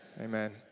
Amen